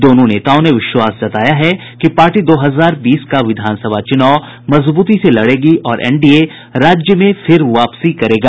दोनों नेताओं ने विश्वास जताया है कि पार्टी दो हजार बीस का विधानसभा चु्नाव मजबूती से लड़ेगी और एनडीए राज्य में फिर से वापसी करेगा